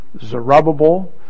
Zerubbabel